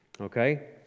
okay